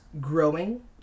growing